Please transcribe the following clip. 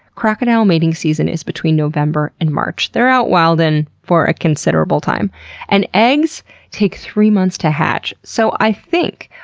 crocodile mating season is between november and march they're out wildin' for a considerable time and eggs take three months to hatch, so i think,